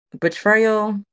betrayal